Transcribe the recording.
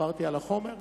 עברתי על החומר.